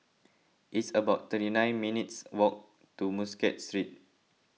it's about thirty nine minutes' walk to Muscat Street